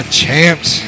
champs